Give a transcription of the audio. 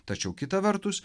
tačiau kita vertus